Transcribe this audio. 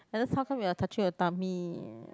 Agnes how come you're touching your tummy